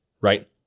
Right